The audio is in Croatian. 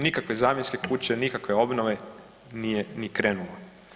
Nikakve zamjenske kuće, nikakve obnove nije ni krenulo.